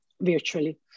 virtually